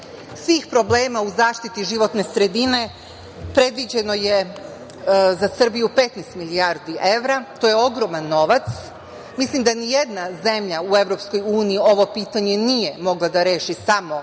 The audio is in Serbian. svih problema u zaštiti životne sredine predviđeno je za Srbiju 15 milijardi evra, to je ogroman novac. Mislim da nijedna zemlja u EU ovo pitanje nije mogla da reši samo iz